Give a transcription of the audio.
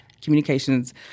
communications